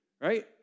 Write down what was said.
right